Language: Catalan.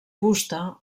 fusta